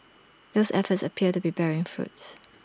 those efforts appear to be bearing fruit